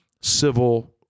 civil